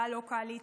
היה לא קל להתקבל.